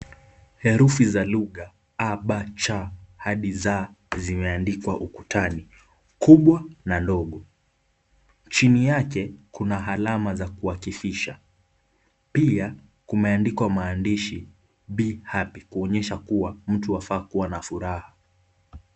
Herufi za lugha a, ba, cha hadi za zimeandikwa ukutani kubwa na ndogo. Chini yake kuna alama za kuakifisha, pia kumeandikwa maandishi BE HAPPY kuonyesha kuwa mtu afaa kuwa na furaha.